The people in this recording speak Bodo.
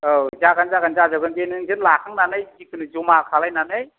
औ जागोन जागोन जाजोबगोन बे नोंसोर लाजोबनानै जिखुनु जमा खालायनानै